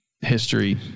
history